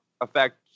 affect